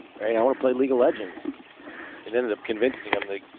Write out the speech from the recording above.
right? i want to play legal legends and ended up convincing them that, you